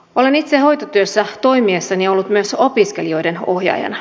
olen itse hoitotyössä toimiessani ollut myös opiskelijoiden ohjaajana